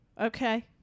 okay